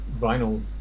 vinyl